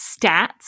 stats